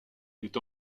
est